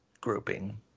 grouping